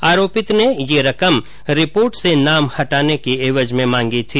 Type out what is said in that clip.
आरोपित ने ये रकम रिपोर्ट से नाम हटाने की एवज में मांगी थी